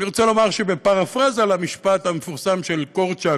אני רוצה לומר, בפרפרזה למשפט המפורסם של קורצ'אק,